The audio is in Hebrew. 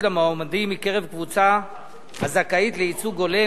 למועמדים מקרב קבוצה הזכאית לייצוג הולם,